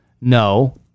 No